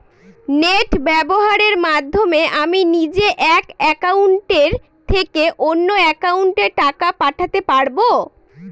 Net ব্যবহারের মাধ্যমে আমি নিজে এক অ্যাকাউন্টের থেকে অন্য অ্যাকাউন্টে টাকা পাঠাতে পারব?